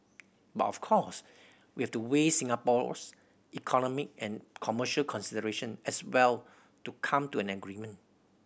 but of course we have to weigh Singapore's economic and commercial consideration as well to come to an agreement